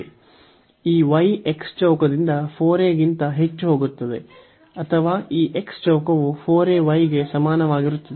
ಈ y x ಚೌಕದಿಂದ 4 a ಗಿಂತ ಹೆಚ್ಚು ಹೋಗುತ್ತದೆ ಅಥವಾ ಈ x ಚೌಕವು 4 a y ಗೆ ಸಮಾನವಾಗಿರುತ್ತದೆ